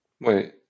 Wait